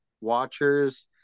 watchers